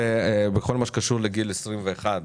שבכל מה שקשור לגיל 21,